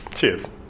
Cheers